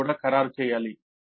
అది కూడా ఖరారు కావాలి